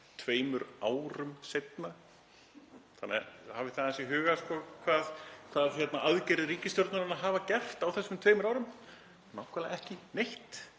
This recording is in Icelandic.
tveimur árum seinna. Höfum það aðeins í huga hvað aðgerðir ríkisstjórnarinnar hafa gert á þessum tveimur árum. Nákvæmlega ekki neitt.